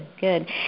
good